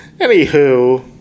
Anywho